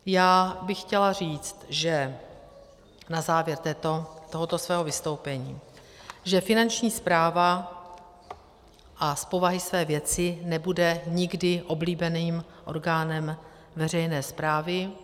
Já bych chtěla říct na závěr tohoto svého vystoupení, že Finanční správa z povahy své věci nebude nikdy oblíbeným orgánem veřejné správy.